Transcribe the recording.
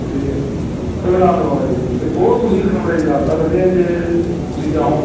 ਅਤੇ ਸੰਗਰਾਂਦ ਵਾਲੇ ਦਿਨ ਅਤੇ ਉਹ ਤੁਸੀਂ ਕਵਰੇਜ ਕਰ ਸਕਦੇ ਆ ਜੇ ਤੁਸੀਂ ਚਾਹੋ